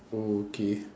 oh okay